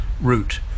route